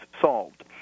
solved